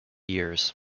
years